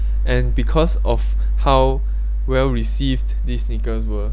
and because of how well received these sneakers were